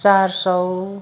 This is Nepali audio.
चार सय